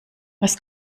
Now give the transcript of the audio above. was